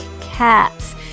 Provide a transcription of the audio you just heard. cats